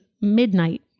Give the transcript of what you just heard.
midnight